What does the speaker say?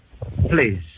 Please